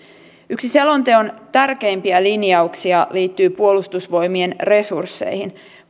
yksi selonteon tärkeimpiä linjauksia liittyy puolustusvoimien resursseihin